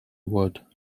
wood